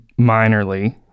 minorly